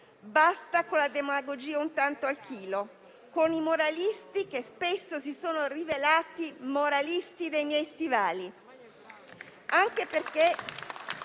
basta con la demagogia un tanto al chilo e con i moralisti che spesso si sono rivelati moralisti dei miei stivali.